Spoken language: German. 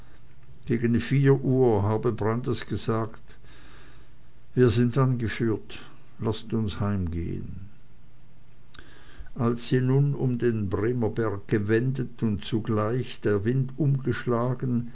gegen vier uhr habe brandis gesagt wir sind angeführt laßt uns heimgehen als sie nun um den bremerberg gewendet und zugleich der wind umgeschlagen